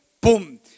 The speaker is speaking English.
boom